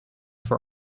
for